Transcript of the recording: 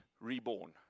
Reborn